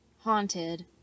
Haunted